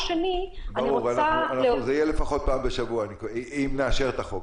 זה יהיה לפחות פעם בשבוע, אם נאשר את החוק.